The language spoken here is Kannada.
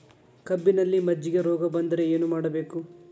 ಕಬ್ಬಿನಲ್ಲಿ ಮಜ್ಜಿಗೆ ರೋಗ ಬಂದರೆ ಏನು ಮಾಡಬೇಕು?